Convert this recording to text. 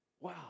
wow